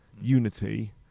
unity